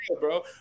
bro